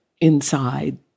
inside